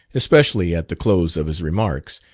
especially at the close of his remarks,